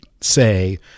say